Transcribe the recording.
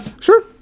sure